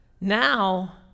Now